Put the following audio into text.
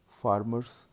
farmers